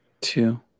Two